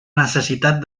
necessitat